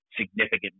significant